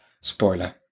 Spoiler